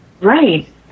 Right